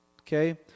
okay